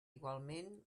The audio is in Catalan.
igualment